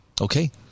Okay